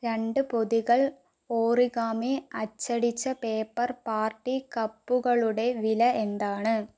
രണ്ട് പൊതികൾ ഒറിഗാമി അച്ചടിച്ച പേപ്പർ പാർട്ടി കപ്പുകളുടെ വില എന്താണ്